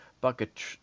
bucket